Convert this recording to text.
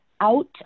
out